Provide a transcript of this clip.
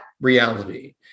reality